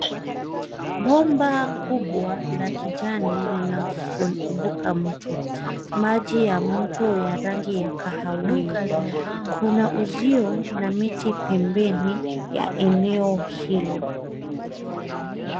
Bomba kubwa la kijani linavuka mto. Mji ya mto ya rangi ya kahawia. Kuna uzio na miti pembeni ya eneo hilo.